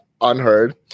unheard